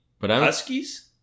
Huskies